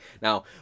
now